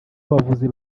bavuzi